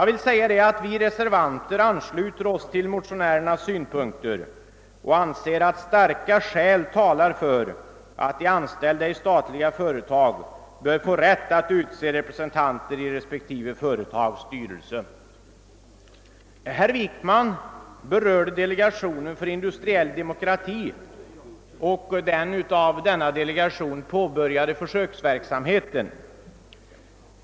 Vi reservanter ansluter oss till motionärernas synpunkter och anser att starka skäl talar för att de anställda i statliga företag bör få rätt att utse representanter i respektive företags styrelser. Herr Wickman berörde delegationen om industriell demokrati och den av denna delegation påbörjade försöksverksamheten.